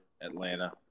Atlanta